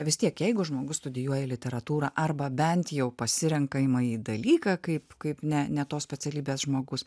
vis tiek jeigu žmogus studijuoja literatūrą arba bent jau pasirenkaimąjį dalyką kaip kaip ne ne tos specialybės žmogus